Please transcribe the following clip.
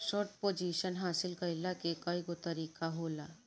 short position हासिल कईला के कईगो तरीका होला